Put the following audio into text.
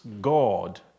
God